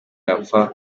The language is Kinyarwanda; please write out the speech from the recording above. barapfa